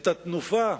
את התנופה,